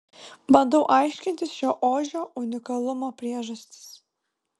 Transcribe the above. bandau aiškintis šio ožio unikalumo priežastis